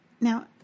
Now